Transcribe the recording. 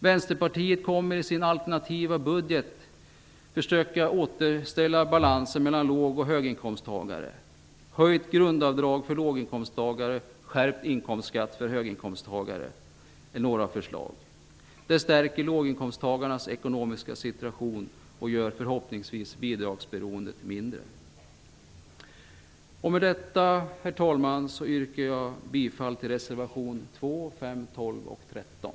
Vänsterpartiet kommer i sin alternativa budget att försöka återställa balansen mellan låg och höginkomsttagare. Höjt grundavdrag för låginkomsttagare och skärpt inkomstskatt för höginkomsttagare är några av förslagen. Detta stärker låginkomsttagarnas ekonomiska situation och gör förhoppningsvis bidragsberoendet mindre. Med detta, herr talman, yrkar jag bifall till reservationerna 2, 5, 12 och 13.